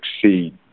succeed